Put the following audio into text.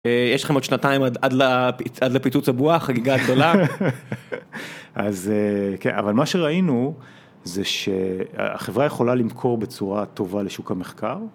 יש לכם עוד שנתיים עד לפיצוץ הבועה, חגיגה גדולה. אז כן, אבל מה שראינו זה שהחברה יכולה למכור בצורה טובה לשוק המחקר